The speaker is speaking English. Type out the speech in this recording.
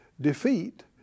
defeat